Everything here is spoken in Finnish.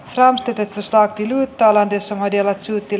framstetetusta kylmyyttä läntisen mediaratsutil